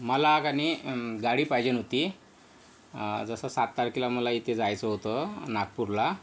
मला का नाही गाडी पाहिजे होती जसं सात तारखेला मला इथे जायचं होतं नागपूरला